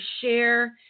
share